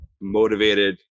Motivated